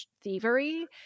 thievery